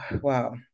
wow